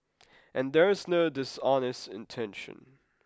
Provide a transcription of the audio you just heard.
and there is no dishonest intention